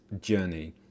journey